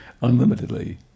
Unlimitedly